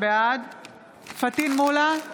בעד פטין מולא,